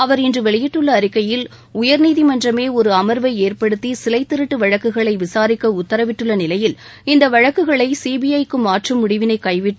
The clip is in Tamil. அவர் இன்று வெளியிட்டுள்ள அறிக்கையில் உயர்நீதிமன்றமே ஒரு அமர்வை ஏற்படுத்தி சிலைத்திருட்டு வழக்குகளை விசாரிக்க உத்தரவிட்டுள்ள நிலையில் இந்த வழக்குகளை சிபிஐ க்கு மாற்றும் முடிவினை கைவிட்டு